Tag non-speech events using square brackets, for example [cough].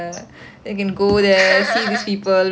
[laughs] ya